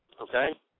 okay